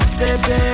baby